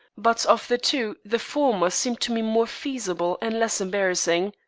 but of the two the former seemed to me more feasible and less embarrassing.